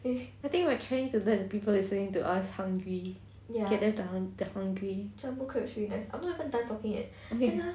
eh I think we're trying to let the people listening to us hungry get them hungry okay